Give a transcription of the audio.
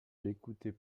l’écoutez